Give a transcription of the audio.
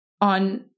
on